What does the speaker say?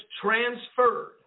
transferred